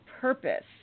purpose